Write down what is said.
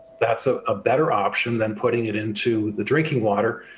that's ah a better option than putting it into the drinking water,